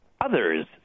others